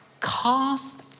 Cast